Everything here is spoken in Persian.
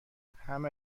همه